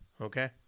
okay